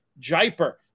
Jiper